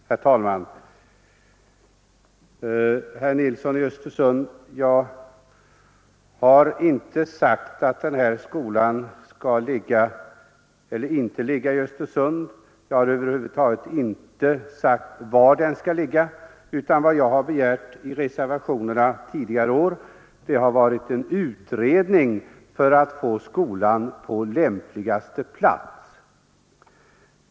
Herr talman! Jag har, herr Nilsson i Östersund, inte sagt att den här skolan skall ligga eller inte ligga i Östersund. Jag har över huvud taget inte sagt var den bör ligga, utan vad jag begärt i reservationerna tidigare har varit en utredning för att få skolan placerad på lämpligaste plats.